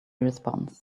response